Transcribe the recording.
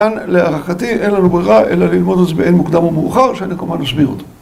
להערכתי אין לנו ברירה אלא ללמוד את זה במוקדם או במאוחר, שאני כמובן להשמיע אותו